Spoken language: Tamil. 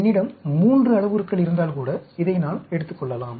என்னிடம் 3 அளவுருக்கள் இருந்தால்கூட இதை நான் எடுத்துக்கொள்ளலாம்